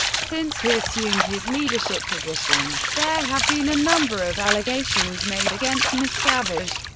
since he assumed his leadership position, there have been a number of allegations made against miscavige.